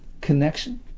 connection